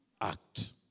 act